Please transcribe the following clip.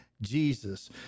Jesus